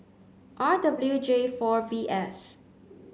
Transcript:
R W J four V S